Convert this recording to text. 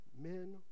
men